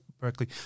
Berkeley